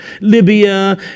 Libya